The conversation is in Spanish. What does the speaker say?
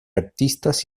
artistas